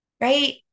right